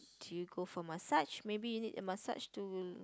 do you go for massage maybe you need a massage to